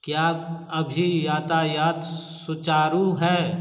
क्या अभी यातायात सुचारू है